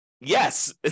yes